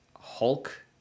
hulk